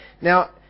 Now